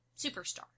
superstar